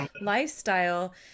lifestyle